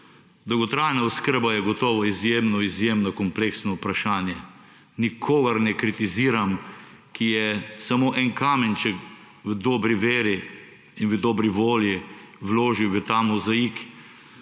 Dolgotrajna oskrba je gotovo izjemno, izjemno kompleksno vprašanje. Nikogar ne kritiziram, ki je samo en kamenček v dobri veri in v dobri volji vložil v ta mozaik,